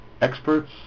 experts